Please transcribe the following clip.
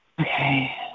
Okay